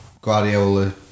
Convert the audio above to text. Guardiola